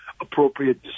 appropriate